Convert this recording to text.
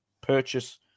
purchase